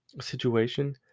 situation